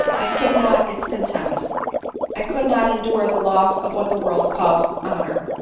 i could not its contempt i could not endure the loss of what the world calls honor.